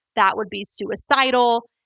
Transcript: that would be suicidal,